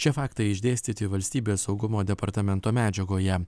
šie faktai išdėstyti valstybės saugumo departamento medžiagoje